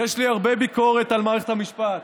יש לי הרבה ביקורת על מערכת המשפט,